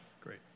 great